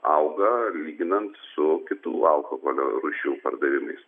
auga lyginant su kitų alkoholio rūšių pardavimais